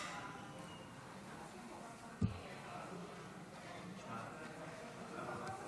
להלן תוצאות ההצבעה: 24 בעד,